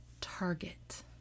Target